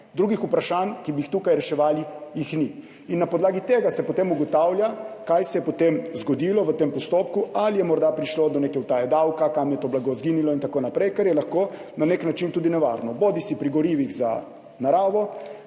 drugih vprašanj, ki bi jih tukaj reševali, ni. In na podlagi tega se potem ugotavlja, kaj se je zgodilo v tem postopku, ali je morda prišlo do neke utaje davka, kam je to blago izginilo in tako naprej, kar je lahko na nek način tudi nevarno, bodisi pri gorivih za naravo,